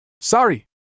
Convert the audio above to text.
Sorry